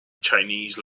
chinese